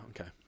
okay